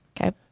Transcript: Okay